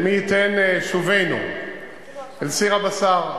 מי ייתן יושבנו בסיר הבשר במצרים?